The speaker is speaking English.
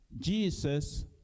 Jesus